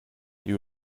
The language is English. you